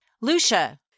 Lucia